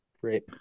Great